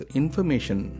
information